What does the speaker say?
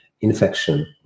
infection